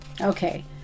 Okay